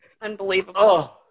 unbelievable